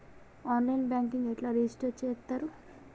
On line banking ఎట్లా register చేత్తరు?